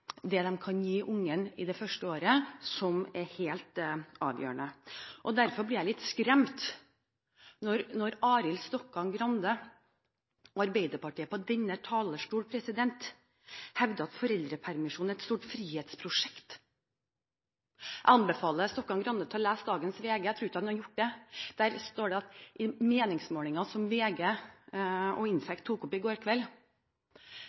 kan gi ungene det første året som er helt avgjørende. Derfor blir jeg litt skremt når representanten Arild Stokkan-Grande og Arbeiderpartiet på denne talerstolen hevder at foreldrepermisjonen er et stort frihetsprosjekt. Jeg anbefaler Stokkan-Grande å lese dagens VG – jeg tror ikke han har gjort det. I en meningsmåling som VG og InFact gjennomførte i